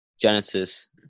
Genesis